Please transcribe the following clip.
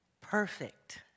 perfect